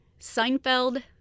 Seinfeld